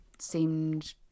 seemed